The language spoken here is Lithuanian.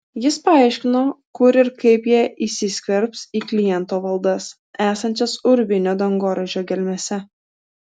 jis paaiškino kur ir kaip jie įsiskverbs į kliento valdas esančias urvinio dangoraižio gelmėse